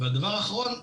הדבר האחרון,